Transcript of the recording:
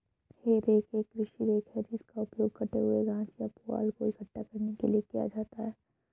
हे rake एक कृषि rake है जिसका उपयोग कटे हुए घास या पुआल को इकट्ठा करने के लिए किया जाता है